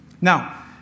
Now